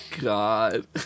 God